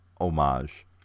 homage